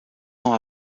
ans